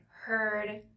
heard